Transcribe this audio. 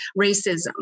racism